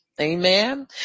Amen